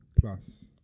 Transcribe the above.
Plus